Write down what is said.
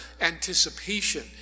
anticipation